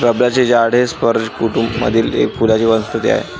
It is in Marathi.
रबराचे झाड हे स्पर्ज कुटूंब मधील एक फुलांची वनस्पती आहे